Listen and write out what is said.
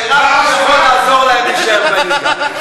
השאלה מה עוד יכול לעזור להם להישאר בליגה.